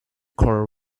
card